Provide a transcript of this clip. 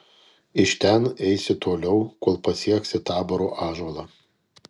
iš ten eisi toliau kol pasieksi taboro ąžuolą